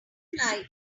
dragonfly